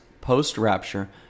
post-rapture